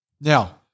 Now